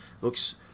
Looks